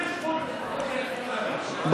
אדוני היושב-ראש?